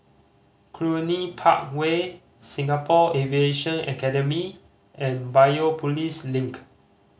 Cluny Park Way Singapore Aviation Academy and Biopolis Link